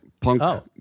punk